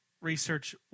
research